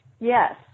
Yes